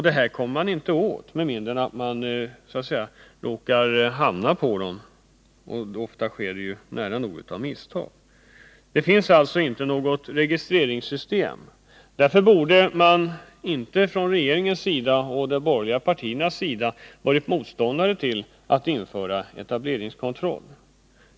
Detta kommer man inte åt med mindre än att man ”råkar hamna” på dem. Oftast sker det nära nog av misstag. Det finns alltså inte något registreringssystem. Därför borde man från regeringens och de borgerliga partiernas sida inte ha varit motståndare till att införa etableringskontroll.